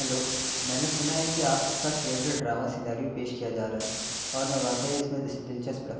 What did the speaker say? hello میں نے سنا ہے کہ آپ کا تھئیٹر ڈراما سیناریو پیش کیا جا رہا ہے اور میں واقعہ اس میں دلچسپ رکھ